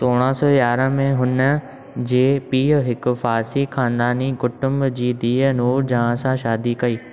सोरहं सौ यारहं में हुन जे पीउ हिकु फ़ारसी ख़ानदानी कुटुंब जी धीअ नूरजहां सां शादी कई